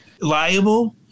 liable